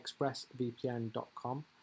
expressvpn.com